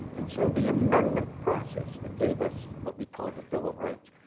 and so the amendment process, that gave us what we call the bill of rights,